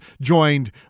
joined